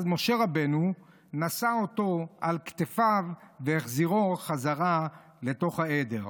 אז משה רבנו נשא אותו על כתפיו והחזירו חזרה לתוך העדר.